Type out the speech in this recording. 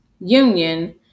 union